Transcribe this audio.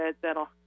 that'll